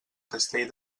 castell